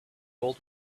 old